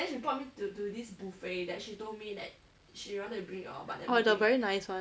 orh the very nice [one]